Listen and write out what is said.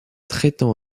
traitant